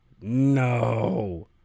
No